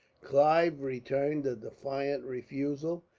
clive returned a defiant refusal,